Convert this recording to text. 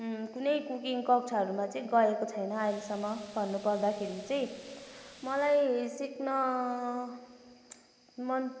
कुनै कुकिङ कक्षाहरूमा चाहिँ गएको छैन अहिलेसम्म भन्नु पर्दाखेरि चाहिँ मलाई सिक्न मन